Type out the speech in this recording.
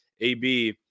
AB